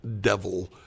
devil